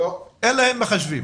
אין להם מחשבים.